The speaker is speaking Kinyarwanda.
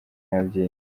n’ababyeyi